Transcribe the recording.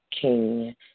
king